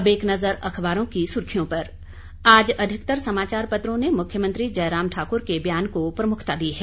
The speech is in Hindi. अब एक नजर अखबारों की सुर्खियों पर आज अधिकतर समाचार पत्रों ने मुख्यमंत्री जयराम ठाकुर के बयान को प्रमुखता दी है